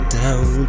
down